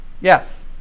Yes